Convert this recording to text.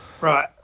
right